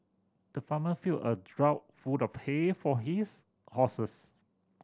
the farmer filled a trough full of hay for his horses